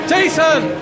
Jason